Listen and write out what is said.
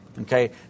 Okay